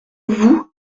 vous